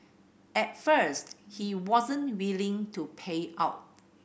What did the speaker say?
at first he wasn't willing to pay up